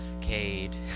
Cade